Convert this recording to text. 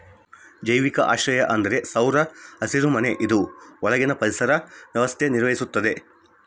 ಜೈವಿಕ ಆಶ್ರಯ ಅಂದ್ರ ಸೌರ ಹಸಿರುಮನೆ ಇದು ಒಳಗಿನ ಪರಿಸರ ವ್ಯವಸ್ಥೆ ನಿರ್ವಹಿಸ್ತತೆ